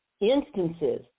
instances